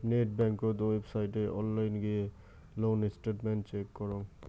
net বেংকত ওয়েবসাইটে online গিয়ে লোন স্টেটমেন্ট চেক করং